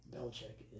Belichick